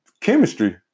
chemistry